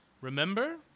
Remember